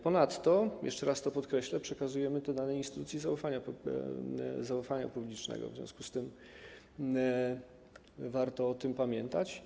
Ponadto, jeszcze raz to podkreślę, przekazujemy te dane instytucji zaufania publicznego, w związku z tym warto o tym pamiętać.